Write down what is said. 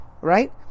right